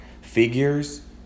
figures